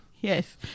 Yes